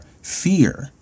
Fear